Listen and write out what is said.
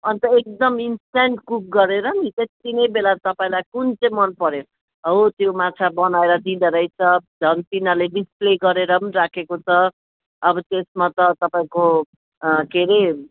अन्त एकदम instant cook गरेर नि त्यति नै बेला तपाईँलाई कुन चाहिँ मन पर्यो हो त्यो माछा बनाएर दिँदारहेछ झन् तिनीहरूले डिस्प्ले गरेर पनि राखेको छ अब त्यसमा त तपाईँको के अरे